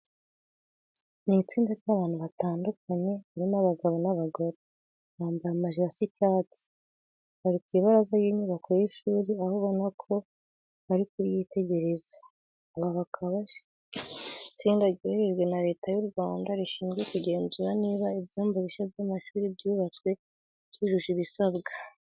Ni itsinda ry'abantu batandukanye harimo abagabo n'abagore, bambaye amajire asa icyatsi, bari mu ibaraza ry'inyubako y'ishuri aho ubona ko bari kuryitegereza. Aba bakaba bagize itsinda ryoherejwe na Leta y'u Rwanda rishinzwe kugenzura niba ibyumba bishya by'amashuri byubatswe byujuje ibisabwa.